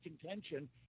contention